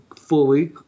fully